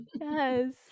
Yes